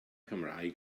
cymraeg